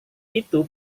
itu